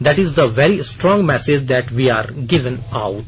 that is the very strong message that we are given out